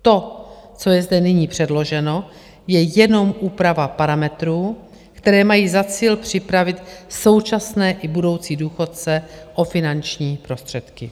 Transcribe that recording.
To, co je zde nyní předloženo, je jenom úprava parametrů, které mají za cíl připravit současné i budoucí důchodce o finanční prostředky.